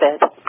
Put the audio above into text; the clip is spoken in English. bed